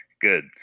Good